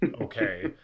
okay